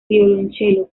violonchelo